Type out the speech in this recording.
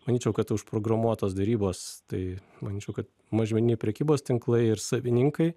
manyčiau kad užprogramuotos derybos tai manyčiau mažmeniniai prekybos tinklai ir savininkai